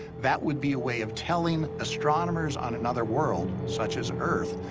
that would be a way of telling astronomers on another world, such as earth,